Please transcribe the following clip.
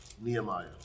Nehemiah